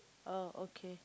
oh okay